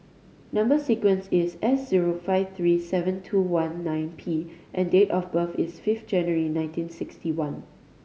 number sequence is S zero five three seven two one nine P and date of birth is fifth January nineteen sixty one